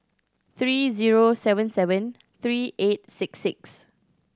three zero seven seven three eight six six